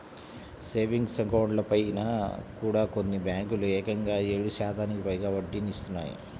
savings అకౌంట్లపైన కూడా కొన్ని బ్యేంకులు ఏకంగా ఏడు శాతానికి పైగా వడ్డీనిత్తన్నాయి